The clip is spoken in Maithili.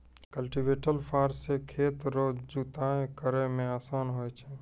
कल्टीवेटर फार से खेत रो जुताइ करै मे आसान हुवै छै